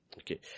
Okay